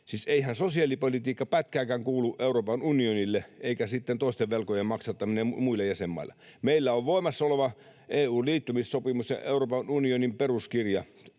Siis eihän sosiaalipolitiikka pätkääkään kuulu Euroopan unionille, eikä sitten toisten velkojen maksattaminen muilla jäsenmailla. Meillä on voimassa oleva EU:n liittymissopimus ja Euroopan unionin peruskirja